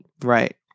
Right